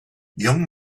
young